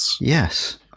yes